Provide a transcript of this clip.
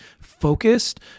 focused